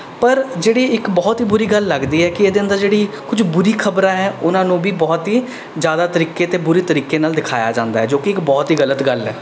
ਪਰ ਜਿਹੜੀ ਇੱਕ ਬਹੁਤ ਬੁਰੀ ਗੱਲ ਲੱਗਦੀ ਹੈ ਕਿ ਇਹਦੇ ਅੰਦਰ ਜਿਹੜੀ ਕੁੱਝ ਬੁਰੀ ਖ਼ਬਰਾਂ ਹੈ ਉਹਨਾਂ ਨੂੁੰ ਵੀ ਬਹੁਤ ਹੀ ਜ਼ਿਆਦਾ ਤਰੀਕੇ ਅਤੇ ਬੁਰੇ ਤਰੀਕੇ ਨਾਲ਼ ਦਿਖਾਇਆ ਜਾਂਦਾ ਹੈ ਜੋ ਕਿ ਇੱਕ ਬਹੁਤ ਹੀ ਗਲਤ ਗੱਲ ਹੈ